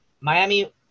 Miami